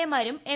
A മാരും M